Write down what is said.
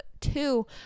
two